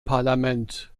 parlament